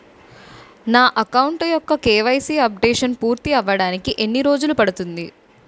నా అకౌంట్ యెక్క KYC updation పూర్తి అవ్వడానికి ఎన్ని రోజులు పడుతుంది?